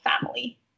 family